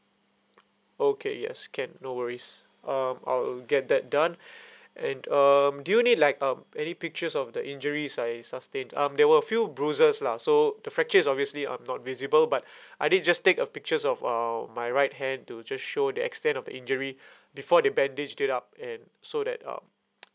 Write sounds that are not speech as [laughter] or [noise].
okay yes can no worries um I'll get that done [breath] and um do you need like um any pictures of the injuries I sustained um there were a few bruises lah so the fracture is obviously not visible but [breath] I did just take a pictures of uh my right hand to just show the extent of the injury before they bandaged it up and so that um [noise]